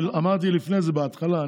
אמרתי לפני כן בהתחלה.